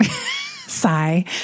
Sigh